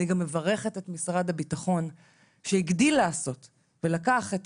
אני גם מברכת את משרד הביטחון שהגדיל לעשות ולקח את